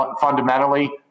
fundamentally